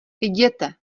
jděte